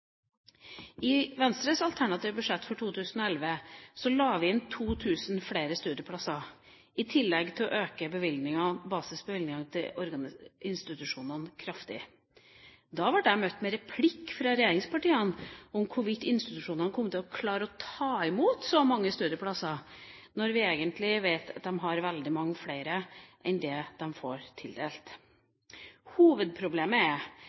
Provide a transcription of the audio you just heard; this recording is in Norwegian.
I Venstres alternative budsjett for 2011 la vi inn 2 000 flere studieplasser, i tillegg til å øke bevilgningene – basisbevilgningene – til institusjonene kraftig. Da ble jeg møtt med replikk fra regjeringspartiene om hvorvidt institusjonene kommer til å klare å ta imot så mange studieplasser, når vi vet at de egentlig har veldig mange flere enn det de får tildelt. Hovedproblemet er